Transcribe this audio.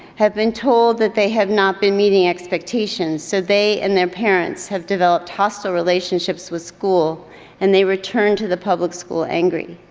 have been told that they have not been meeting expectations so they and their parents have developed hostile relationships with school and they return to the public school angry.